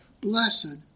Blessed